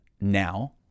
now